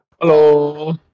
Hello